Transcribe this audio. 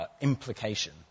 implication